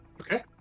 Okay